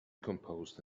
composed